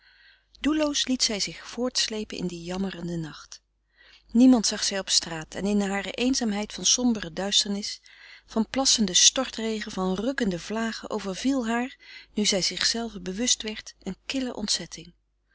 doelloos liet zij zich voortsleepen in dien jammerenden nacht niemand zag zij op straat en in hare eenzaamheid van sombere duisternis van plassende stortregen van rukkende vlagen overviel haar nu zij zichzelve bewust werd een kille ontzetting